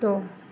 द'